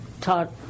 taught